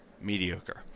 mediocre